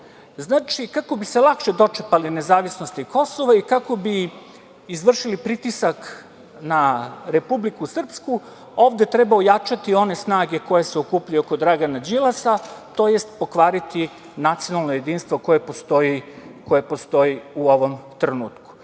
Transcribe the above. stvar. Znači, kako bi se lakše dočepali nezavisnosti Kosova i kako bi izvršili pritisak na Republiku Srpsku, ovde treba ojačati one snage koje se okupljaju oko Dragana Đilasa, tj. pokvariti nacionalno jedinstvo koje postoji u ovom trenutku.